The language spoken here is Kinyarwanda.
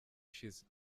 ushize